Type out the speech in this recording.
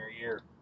year